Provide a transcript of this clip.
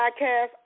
Podcast